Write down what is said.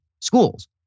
schools